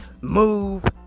move